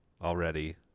already